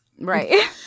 Right